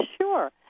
Sure